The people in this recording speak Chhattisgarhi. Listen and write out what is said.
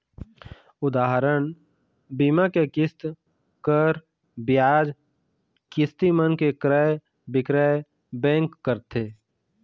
उदाहरन, बीमा के किस्त, कर, बियाज, किस्ती मन के क्रय बिक्रय बेंक करथे